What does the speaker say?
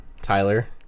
Tyler